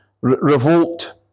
revolt